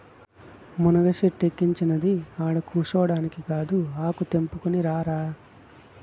మునగ సెట్టిక్కించినది ఆడకూసోడానికా ఆకు తెంపుకుని రారా